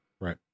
Right